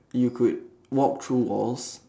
you could walk through walls